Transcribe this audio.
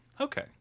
okay